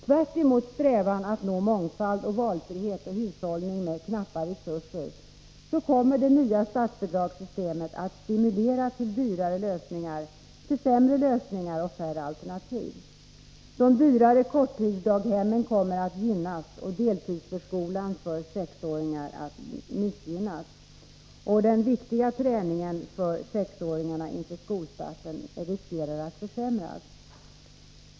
Tvärtemot strävan att nå mångfald och valfrihet och hushållning med knappa resurser, kommer det nya statsbidragssystemet att stimulera till dyrare lösningar, sämre lösningar och färre alternativ. De dyrare korttidsdaghemmen kommer att gynnas — deltidsförskolan för 6-åringar att missgynnas. Det finns risk för att den viktiga träningen för 6-åringarna inför skolstarten kommer att försämras.